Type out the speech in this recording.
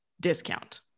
discount